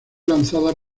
lanzada